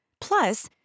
Plus